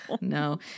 No